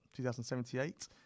2078